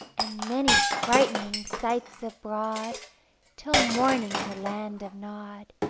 and many frightening sights abroad till morning in the land of nod.